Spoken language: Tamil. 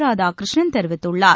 ராதாகிருஷ்ணன் தெரிவித்துள்ளார்